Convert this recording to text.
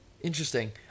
Interesting